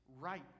right